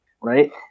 right